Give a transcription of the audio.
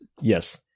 Yes